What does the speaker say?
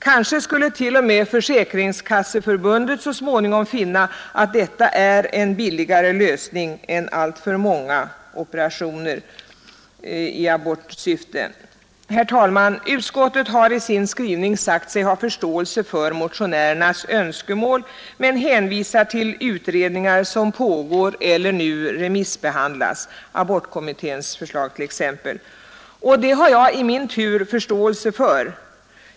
Kanske skulle t.o.m. Försäkringskasseförbundet som gick emot motionen så småningom finna att detta är en billigare lösning än alltför många abortoperationer. Herr talman! Utskottet har i sin skrivning sagt sig ha förståelse för motionärernas önskemål men hänvisar till utredningar som pågår eller nu remissbehandlas, t.ex. abortkommitténs förslag, och det har jag i min tur förståelse för.